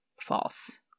False